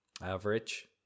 average